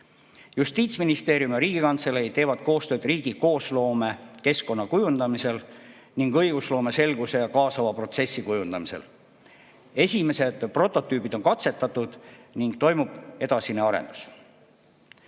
Justiitsministeerium ja Riigikantselei teevad koostööd riigi koosloome keskkonna kujundamisel ning õigusloome selguse ja kaasava protsessi kujundamisel. Esimesed prototüübid on katsetatud ning toimub edasine arendus.